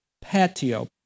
patio